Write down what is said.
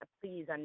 please